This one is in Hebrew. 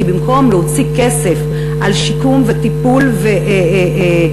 כי במקום להוציא כסף על שיקום וטיפול ורווחה,